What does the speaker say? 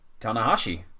Tanahashi